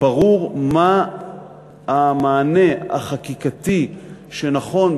ברור מהו המענה החקיקתי הנכון,